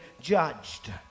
judged